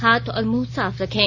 हाथ और मुंह साफ रखें